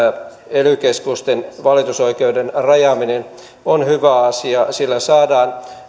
ely keskusten valitusoikeuden rajaaminen on hyvä asia sillä saadaan